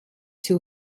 two